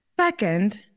Second